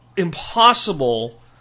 impossible